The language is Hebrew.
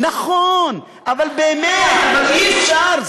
נכון, אבל באמת, אבל אי-אפשר.